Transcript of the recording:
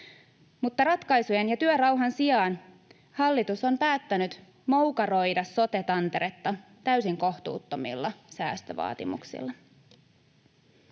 ratkaisujen ja työrauhan sijaan hallitus on päättänyt moukaroida sote-tanteretta täysin kohtuuttomilla säästövaatimuksilla.